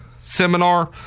seminar